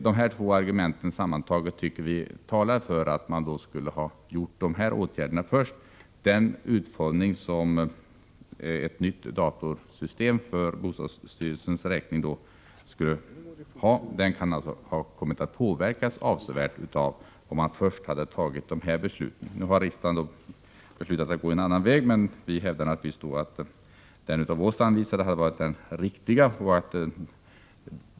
De här två argumenten sammantagna tycker vi talar för att man först skulle ha vidtagit dessa åtgärder. Den utformning som ett nytt datorsystem för bostadsstyrelsens räkning skall ha kunde ha påverkats avsevärt om man först hade tagit dessa beslut. Nu har dock riksdagen beslutat gå en annan väg, men vi hävdar naturligtvis att den av oss anvisade vägen hade varit den riktiga.